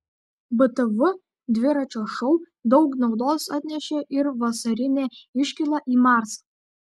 btv dviračio šou daug naudos atnešė ir vasarinė iškyla į marsą